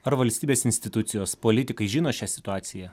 ar valstybės institucijos politikai žino šią situaciją